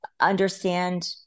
understand